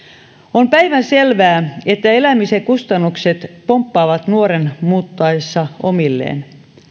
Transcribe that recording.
on päivänselvää että elämisen kustannukset pomppaavat nuoren muuttaessa omilleen